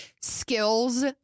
skills